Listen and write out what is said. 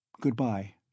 Goodbye